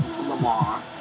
Lamar